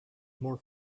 more